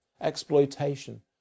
exploitation